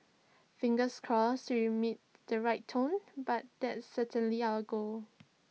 fingers crossed we meet the right tone but that's certainly our goal